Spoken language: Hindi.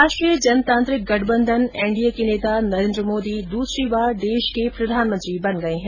राष्ट्रीय जनतांत्रिक गठबंधन एनडीए के नेता नरेन्द्र मोदी दूसरी बार देश के प्रधानमंत्री बन गये है